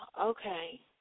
Okay